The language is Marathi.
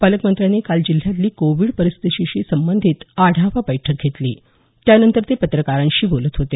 पालकमंत्र्यांनी काल जिल्ह्यातली कोविड परिस्थितीशी संबंधीत आढावा बैठक घेतली त्यानंतर ते पत्रकारांशी बोलत होते